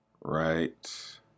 Right